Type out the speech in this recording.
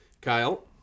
Kyle